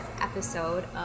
episode